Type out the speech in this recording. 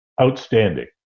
outstanding